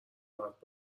راحت